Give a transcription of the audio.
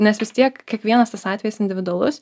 nes vis tiek kiekvienas tas atvejis individualus